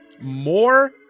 more